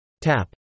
tap